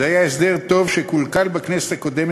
זה היה הסדר טוב ש"קולקל" בכנסת הקודמת,